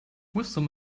wisdom